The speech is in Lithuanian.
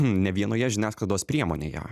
ne vienoje žiniasklaidos priemonėje